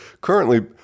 currently